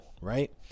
right